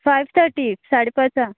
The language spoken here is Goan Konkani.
फायव्ह थटी साडे पांचां